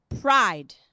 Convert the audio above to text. pride